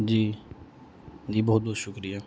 جی جی بہت بہت شکریہ